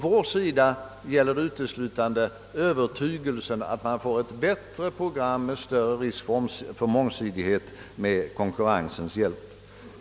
För oss gäller uteslutande övertygelsen att man får ett bättre program med större utsikter till mångsidighet med konkurrensens hjälp.